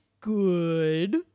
good